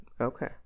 Okay